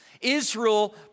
Israel